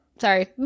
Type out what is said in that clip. Sorry